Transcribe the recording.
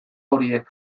horiek